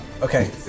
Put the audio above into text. Okay